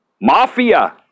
Mafia